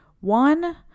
One